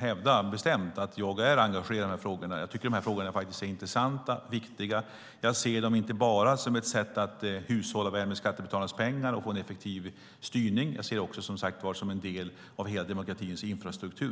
hävdar bestämt att jag är engagerad i dessa frågor. Jag tycker att de är intressanta och viktiga. Jag ser det inte bara som ett sätt att hushålla med skattebetalarnas pengar och få en effektiv styrning utan också, som sagt, som en del av demokratins infrastruktur.